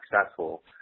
successful